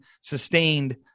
sustained